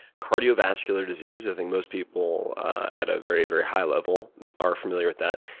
cardiovascular disease, i think most people at a very, very high level are familiar with that.